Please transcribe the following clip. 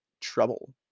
trouble